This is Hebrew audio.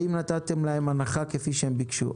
האם נתתם להם הנחה כפי שהם ביקשו?